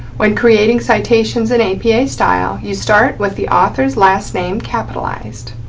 when creating citations in apa style you start with the author's last name capitalized,